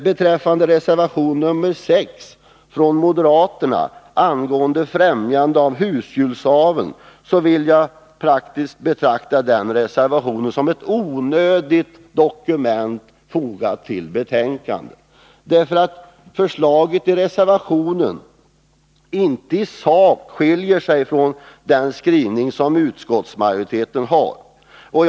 Beträffande reservation nr 6 från moderaterna angående främjande av husdjursaveln, vill jag rent praktiskt betrakta den reservationen som ett onödigt dokument fogat till betänkandet. Förslaget i reservationen skiljer sig inte i sak från den skrivning som utskottsmajoriteten har antagit.